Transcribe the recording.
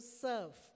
serve